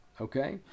okay